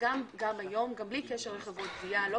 גם בלי קשר לחברות גבייה, אתה